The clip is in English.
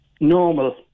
normal